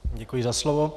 Děkuji za slovo.